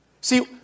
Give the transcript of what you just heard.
See